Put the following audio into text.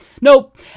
Nope